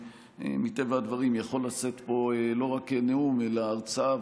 ומטבע הדברים אני יכול לשאת פה לא רק נאום אלא הרצאה,